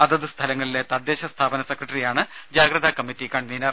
അതത് സ്ഥലങ്ങളിലെ തദ്ദേശ സ്ഥാപന സെക്രട്ടറിയാണ് ജാഗ്രതാ കമ്മിറ്റി കൺവീനർ